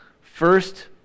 first